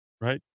right